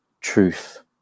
truth